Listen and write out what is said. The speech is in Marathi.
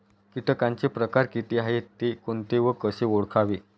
किटकांचे प्रकार किती आहेत, ते कोणते व कसे ओळखावे?